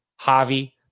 Javi